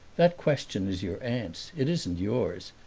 that question is your aunt's it isn't yours.